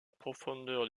profondeur